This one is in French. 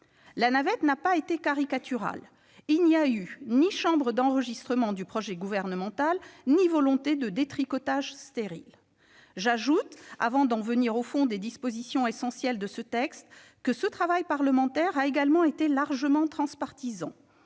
La navette n'a pas été caricaturale : il n'y a eu ni chambre d'enregistrement du projet gouvernemental ni volonté de détricotage stérile. Avant d'en venir aux dispositions essentielles de ce projet de loi, j'ajoute que ce travail parlementaire a été largement transpartisan.